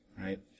Right